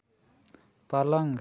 पलंग